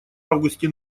августе